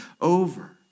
over